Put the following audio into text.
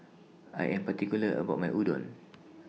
I Am particular about My Udon